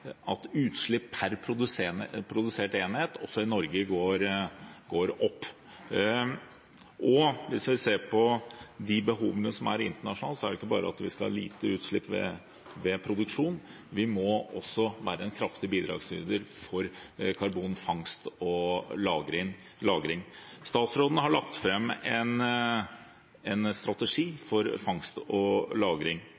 utslipp per produsert enhet også i Norge går opp. Hvis vi ser på de behovene som er internasjonalt, gjelder det ikke bare at vi skal ha lite utslipp ved produksjon, vi må også være en kraftig bidragsyter for karbonfangst og -lagring. Statsråden har lagt fram en